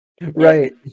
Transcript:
Right